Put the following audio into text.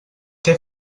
què